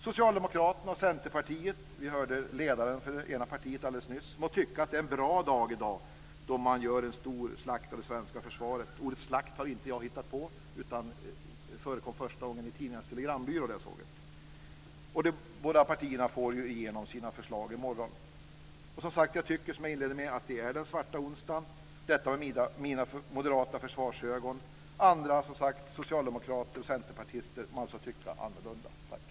Socialdemokraterna och Centerpartiet, vi hörde ledaren för det ena partiet alldeles nyss, må tycka att det är en bra dag i dag, då man gör en stor slakt av det svenska försvaret. Ordet slakt har inte jag hittat på. Jag såg det första gången i ett meddelande från Tidningarnas Telegrambyrå. Båda partierna får igenom sina förslag i morgon. Jag tycker, som jag inledde med, att det är den svarta onsdagen, sett med mina moderata försvarsögon. Andra, socialdemokrater och centerpartister, må tycka annorlunda. Tack!